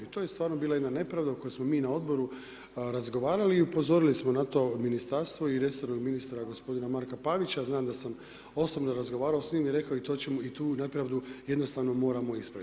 I to je stvarno bila jedna nepravda o kojoj smo mi na odboru razgovarali i upozorili smo na to ministarstvo i resornog ministra gospodina Marka Pavić znam da sam osobno razgovarao s njim i rekao i to ćemo i tu nepravdu jednostavno moramo ispravit.